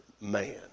man